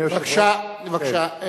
בבקשה,